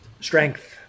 strength